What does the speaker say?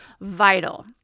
vital